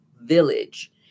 village